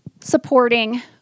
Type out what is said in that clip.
supporting